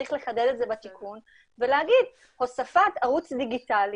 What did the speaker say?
צריך לחדד את זה בתיקון ולומר שהוספת ערוץ דיגיטלי